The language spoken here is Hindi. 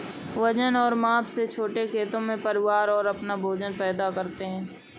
वजन और माप से छोटे खेतों में, परिवार अपना भोजन पैदा करते है